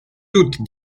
doutes